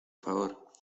favor